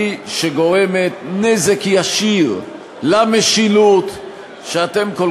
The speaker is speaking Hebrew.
היא שגורמת נזק ישיר למשילות שאתם כל